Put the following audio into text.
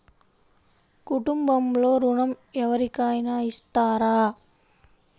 కుటుంబంలో ఋణం ఎవరికైనా ఇస్తారా?